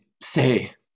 say